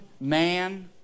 man